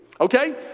Okay